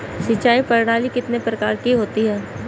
सिंचाई प्रणाली कितने प्रकार की होती हैं?